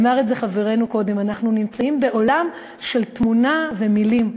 אמר את זה חברנו קודם: אנחנו נמצאים בעולם של תמונה ומילים,